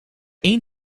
één